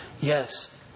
yes